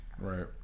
Right